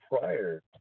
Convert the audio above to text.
prior